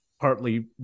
partly